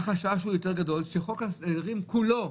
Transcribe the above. החשש הוא יותר גדול שחוק ההסדרים כולו,